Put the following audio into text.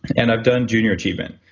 and i've done junior achievement,